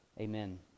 Amen